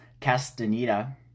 Castaneda